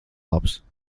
labs